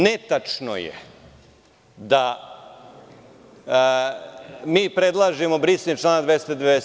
Netačno je da mi predlažemo brisanje člana 290.